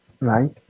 right